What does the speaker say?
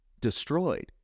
destroyed